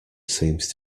seems